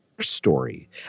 story